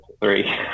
three